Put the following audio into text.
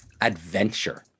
adventure